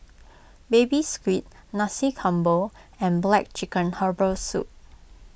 Baby Squid Nasi Campur and Black Chicken Herbal Soup